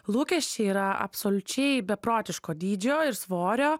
lūkesčiai yra absoliučiai beprotiško dydžio ir svorio